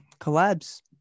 collabs